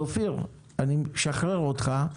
אופיר, אני משחרר אותך.